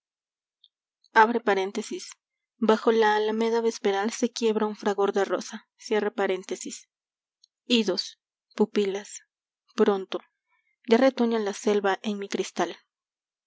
bajo la alameda vesperal se quiebra un fragor de rosa idos pupilas pronto ya retoña la selva en mi cristal